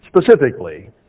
specifically